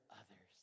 others